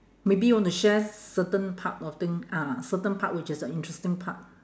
maybe you want to share certain part of thing ah certain part which is the interesting part